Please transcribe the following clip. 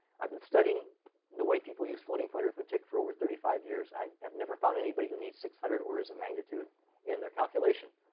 i've been studying the way people use floating-point arithmetic for over thirty five years. i have never found anybody who needs six hundred orders of magnitude in their calculation.